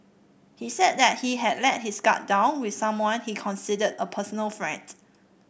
he said that he had let his guard down with someone he considered a personal friend